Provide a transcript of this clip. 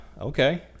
Okay